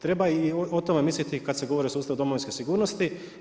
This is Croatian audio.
Treba i o tome misliti kad se govori o sustavu domovinske sigurnosti.